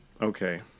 Okay